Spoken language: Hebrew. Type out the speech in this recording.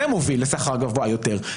זה מוביל לשכר גבוה יותר.